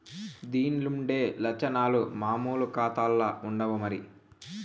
దీన్లుండే లచ్చనాలు మామూలు కాతాల్ల ఉండవు మరి